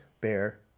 bear